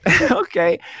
Okay